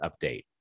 update